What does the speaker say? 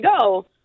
go